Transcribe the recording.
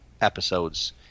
episodes